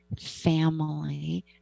family